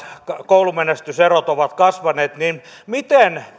koulumenestyserot ovat kasvaneet niin miten